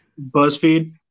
Buzzfeed